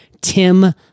Tim